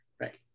Right